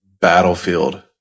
battlefield